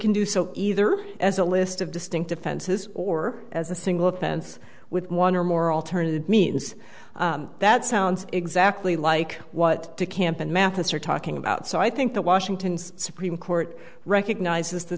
can do so either as a list of distinct offenses or as a single offense with one or more alternative means that sounds exactly like what to camp and mathis are talking about so i think that washington's supreme court recognizes the